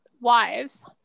wives